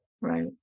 Right